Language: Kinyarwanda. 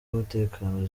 umutekano